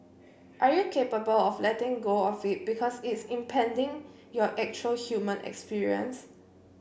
are you capable of letting go of it because it's impeding your actual human experience